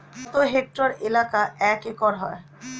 কত হেক্টর এলাকা এক একর হয়?